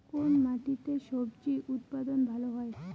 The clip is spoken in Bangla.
কোন মাটিতে স্বজি উৎপাদন ভালো হয়?